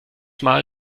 mal